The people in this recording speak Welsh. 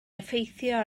effeithio